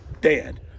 dead